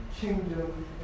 kingdom